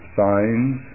signs